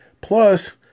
Plus